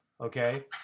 Okay